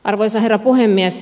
arvoisa herra puhemies